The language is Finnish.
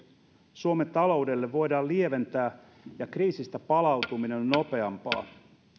suomen taloudelle voidaan lieventää ja kriisistä palautuminen on nopeampaa